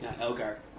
Elgar